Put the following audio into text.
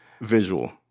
visual